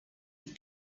des